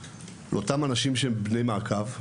לאותם אנשים שהם ברי מעקב,